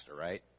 right